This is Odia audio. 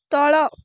ତଳ